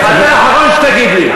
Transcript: בבקשה, אתה האחרון שתגיד לי.